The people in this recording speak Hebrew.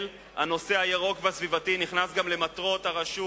הנושא הירוק והסביבתי נכנס גם למטרות הרשות,